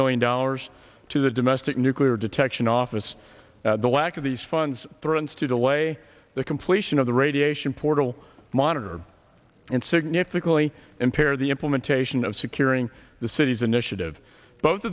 million dollars to the domestic nuclear detection office the lack of these funds threatens to delay the completion of the radiation portal monitor and significantly impair the implementation of securing the cities initiative both